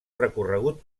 recorregut